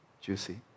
juicy